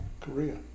Korea